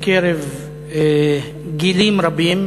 בקרב גילאים רבים,